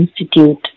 Institute